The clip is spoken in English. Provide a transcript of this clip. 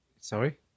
Sorry